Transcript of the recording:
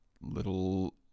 little